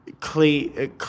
clear